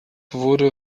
wurde